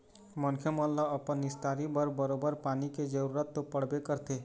मनखे मन ल अपन निस्तारी बर बरोबर पानी के जरुरत तो पड़बे करथे